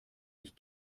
ich